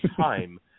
time